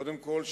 קודם כול,